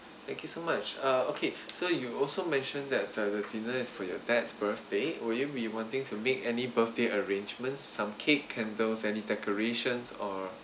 thank you so much uh okay so you also mentioned that the dinner is for your dad's birthday will you be wanting to make any birthday arrangements some cake candles any decorations or